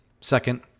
Second